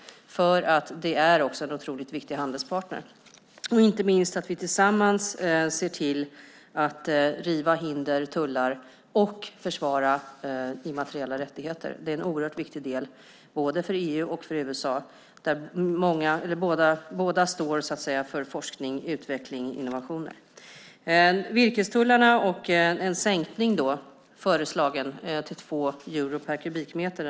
Det är en otroligt viktig handelspartner. Vi ska tillsammans se till att riva hinder och tullar samt försvara immateriella rättigheter. Det är en oerhört viktig del för både EU och USA. Båda står för forskning, utveckling och innovationer. Sedan var det frågan om en föreslagen sänkning av virkestullarna till 2 euro per kubikmeter.